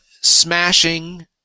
smashing